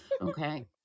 okay